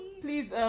please